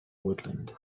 woodland